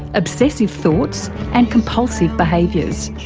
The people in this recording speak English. obsessive thoughts and compulsive behaviours.